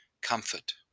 comfort